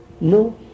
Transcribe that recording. No